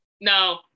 no